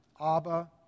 Abba